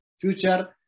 future